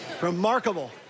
Remarkable